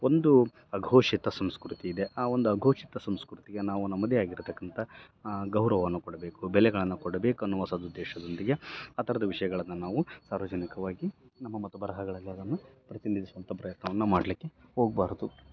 ಒಂದು ಅಘೋಷಿತ ಸಂಸ್ಕೃತಿ ಇದೆ ಆ ಒಂದು ಅಘೋಷಿತ ಸಂಸ್ಕೃತಿಯ ನಾವು ನಮ್ಮದೇ ಆಗಿರ್ತಕ್ಕಂಥ ಗೌರವವನ್ನು ಕೊಡ್ಬೇಕು ಬೆಲೆಗಳನ್ನು ಕೊಡ್ಬೇಕು ಅನ್ನುವ ಸದುದ್ದೇಶದೊಂದಿಗೆ ಆ ಥರದ ವಿಷಯಗಳನ್ನು ನಾವು ಸಾರ್ವಜನಿಕವಾಗಿ ನಮ್ಮ ಮತ್ತು ಬರಹಗಳಲ್ಲಿ ಅದನ್ನು ಪ್ರತಿನಿಧಿಸುವಂಥ ಪ್ರಯತ್ನವನ್ನು ಮಾಡಲಿಕ್ಕೆ ಹೋಗ್ಬಾರ್ದು